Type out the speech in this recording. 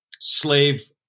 slave